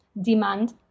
demand